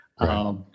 Right